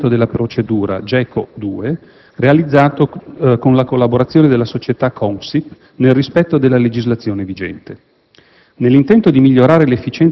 hanno reso necessario un aggiornamento della procedura (GECO 2), realizzato con la collaborazione della società Consip nel rispetto della legislazione vigente.